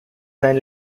sein